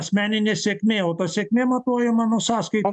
asmeninė sėkmė o pasekmė matuojama nuo sąskaitos